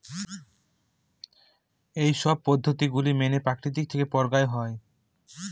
এইসব পদ্ধতি গুলো মেনে প্রকৃতি থেকে পরাগায়ন হয়